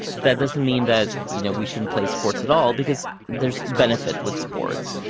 that doesn't mean that you know we shouldn't play sports at all because there is benefit with sports,